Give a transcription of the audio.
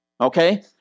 Okay